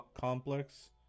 complex